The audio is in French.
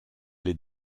les